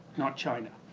not china.